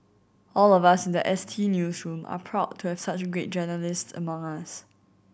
all of us in the S T newsroom are proud to have such great journalists among us